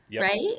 right